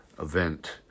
event